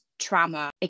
trauma